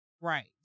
Right